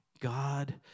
God